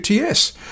UTS